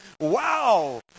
wow